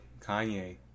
Kanye